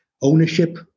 ownership